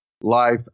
life